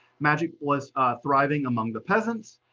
magic was ah thriving among the peasants,